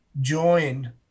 join